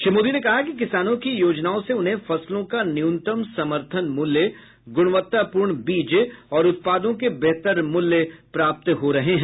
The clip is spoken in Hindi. श्री मोदी ने कहा कि किसानों की योजनाओं से उन्हें फसलों का न्यूनतम समर्थन मूल्य गुणवत्तापूर्ण बीज और उत्पादों के बेहतर मूल्य प्राप्त हो रहे हैं